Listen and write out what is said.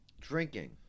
Drinking